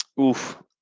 Oof